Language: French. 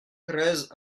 treize